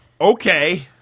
Okay